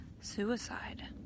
suicide